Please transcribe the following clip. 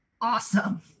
Awesome